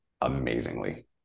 amazingly